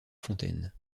fontaine